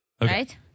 Right